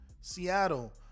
seattle